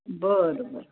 बरं बरं